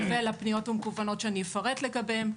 ולפניות המקוונות שאני אפרט לגביהן.